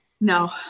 No